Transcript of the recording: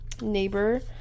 neighbor